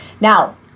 Now